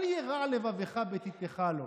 אל ירע לבבך בתיתך לו,